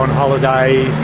holidays,